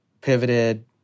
pivoted